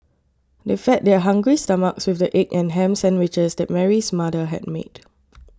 they fed their hungry stomachs with the egg and ham sandwiches that Mary's mother had made